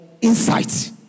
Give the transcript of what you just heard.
insight